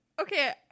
Okay